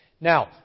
Now